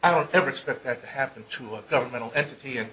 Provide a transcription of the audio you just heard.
i don't ever expect that to happen to a governmental entity and